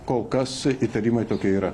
kol kas įtarimai tokie yra